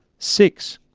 six.